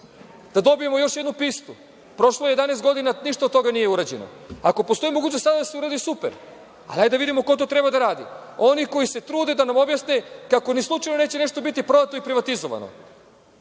da dobijemo još jednu pistu. Prošlo je 11 godina, ništa od toga nije urađeno. Ako postoji mogućnost sada da se uradi – super, ali hajde da vidimo ko to treba da radi. Oni koji se trude da nam objasne kako ni slučajno neće nešto biti prodato i privatizovano.